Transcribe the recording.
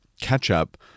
ketchup